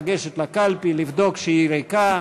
לגשת לקלפי ולבדוק שהיא ריקה,